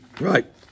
Right